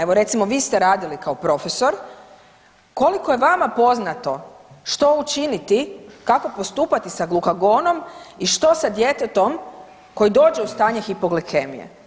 Evo recimo vi ste radili kao profesor, koliko je vama poznato što učiniti, kako postupati sa glukagonom i što sa djetetom koje dođe u stanje hipoglikemije?